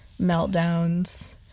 meltdowns